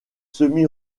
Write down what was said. semi